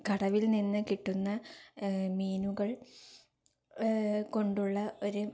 കടവില്നിന്ന് കിട്ടുന്ന മീനുകള് കൊണ്ടുള്ള ഒരു